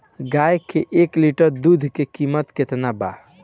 गाए के एक लीटर दूध के कीमत केतना बा?